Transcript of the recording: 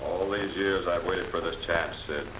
all these years i've waited for the chaps i